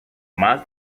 más